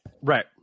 right